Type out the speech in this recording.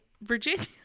virginia